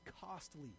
costly